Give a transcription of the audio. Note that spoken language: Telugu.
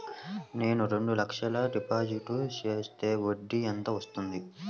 నేను రెండు లక్షల డిపాజిట్ చేస్తే వడ్డీ ఎంత వస్తుంది?